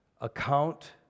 account